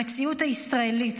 המציאות הישראלית,